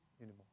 anymore